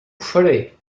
faré